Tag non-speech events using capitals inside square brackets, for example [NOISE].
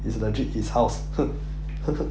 it's legit his house [LAUGHS]